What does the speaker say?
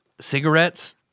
cigarettes